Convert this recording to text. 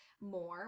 more